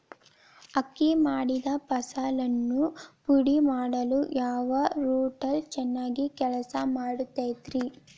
ಅಕ್ಕಿ ಮಾಡಿದ ಫಸಲನ್ನು ಪುಡಿಮಾಡಲು ಯಾವ ರೂಟರ್ ಚೆನ್ನಾಗಿ ಕೆಲಸ ಮಾಡತೈತ್ರಿ?